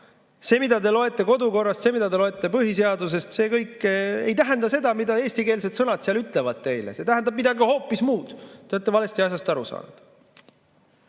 See, mida te loete kodukorrast, see, mida te loete põhiseadusest, see kõik ei tähenda seda, mida eestikeelsed sõnad seal ütlevad teile, see tähendab midagi hoopis muud. Te olete valesti asjast aru saanud.